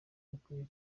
bakwiye